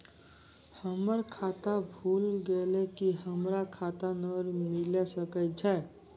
हमर खाता भुला गेलै, की हमर खाता नंबर मिले सकय छै?